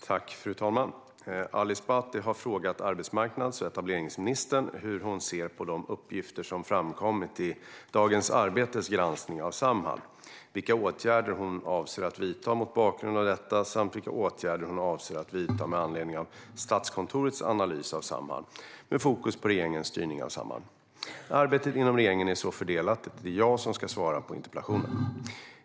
Fru talman! Ali Esbati har frågat arbetsmarknads och etableringsministern hur hon ser på de uppgifter som framkommit i Dagens Arbetes granskning av Samhall, vilka åtgärder hon avser att vidta mot bakgrund av detta samt vilka åtgärder hon avser att vidta med anledning av Statskontorets analys av Samhall, med fokus på regeringens styrning av Samhall. Arbetet inom regeringen är så fördelat att det är jag som ska svara på interpellationen.